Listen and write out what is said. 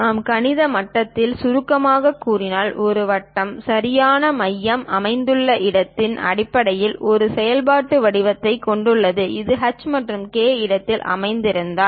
நாம் கணித மட்டத்தில் சுருக்கமாகக் கூறினால் ஒரு வட்டம் சரியாக மையம் அமைந்துள்ள இடத்தின் அடிப்படையில் ஒரு செயல்பாட்டு வடிவத்தைக் கொண்டுள்ளது அது h மற்றும் k இடத்தில் அமைந்திருந்தால்